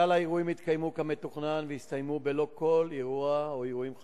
כלל האירועים התקיימו כמתוכנן והסתיימו בלא כל אירוע או אירועים חריגים.